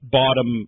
bottom